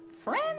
Friend